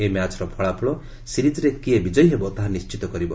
ଏହି ମ୍ୟାଚ୍ର ଫଳାଫଳ ସିରିଜ୍ରେ କିଏ ବିଜୟୀ ହେବ ତାହା ନିଣ୍ଟିତ କରିବ